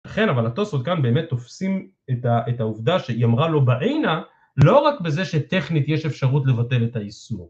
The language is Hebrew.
אכן, אבל התוספות כאן באמת תופסים את העובדה שהיא אמרה לו בעינה, לא רק בזה שטכנית יש אפשרות לבטל את האיסור.